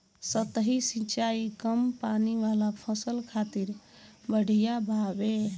सतही सिंचाई कम पानी वाला फसल खातिर बढ़िया बावे